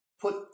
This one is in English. put